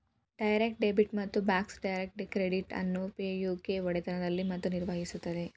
direct debit ಮತ್ತು Bacs direct credit ಅನ್ನು Pay U K ಒಡೆತನದಲ್ಲಿದೆ ಮತ್ತು ನಿರ್ವಹಿಸುತ್ತದೆ